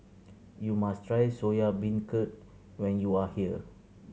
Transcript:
you must try Soya Beancurd when you are here